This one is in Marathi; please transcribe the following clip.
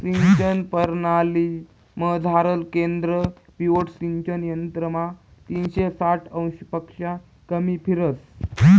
सिंचन परणालीमझारलं केंद्र पिव्होट सिंचन यंत्रमा तीनशे साठ अंशपक्शा कमी फिरस